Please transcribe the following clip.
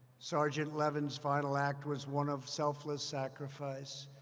sergeant levin's final act was one of selfless sacrifice.